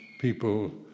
people